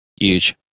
Huge